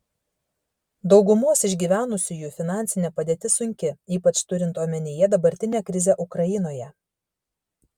daugumos išgyvenusiųjų finansinė padėtis sunki ypač turint omenyje dabartinę krizę ukrainoje